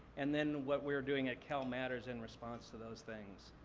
and then what we're doing at calmatters in response to those things.